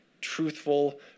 truthful